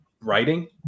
writing